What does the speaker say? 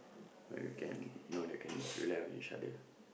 but we can no one can do that each other